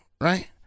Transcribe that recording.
right